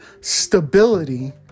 stability